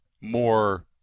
more